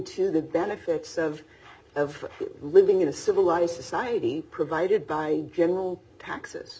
to the benefits of of living in a civilized society provided by general taxes